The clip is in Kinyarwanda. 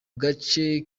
gace